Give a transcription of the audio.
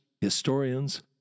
historians